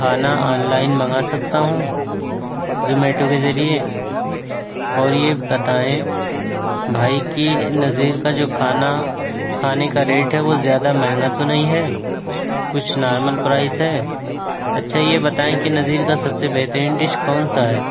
کھانا آنلائن منگا سکتا ہوں زومیٹو کے ذریعے اور یہ بتائیں بھائی کہ نظیر کا جو کھانا کھانے کا ریٹ ہے وہ زیادہ مہنگا تو نہیں ہے کچھ نارمل پرائز ہیں اچھا یہ بتائیں کہ نظیر کا سب سے بہترین ڈش کون سا ہے